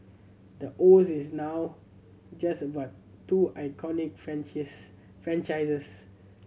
the O Z is not just about two iconic franchises